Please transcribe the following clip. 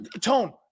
tone